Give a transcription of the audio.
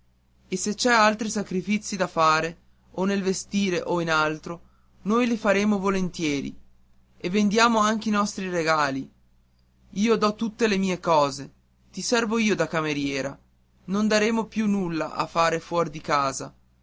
e se c'è altri sacrifici da fare o nel vestire o in altro noi li faremo volentieri e vendiamo anche i nostri regali io do tutte le mie cose ti servo io di cameriera non daremo più nulla a fare fuor di casa